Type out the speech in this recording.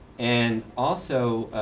and also,